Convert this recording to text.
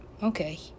Okay